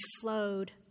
flowed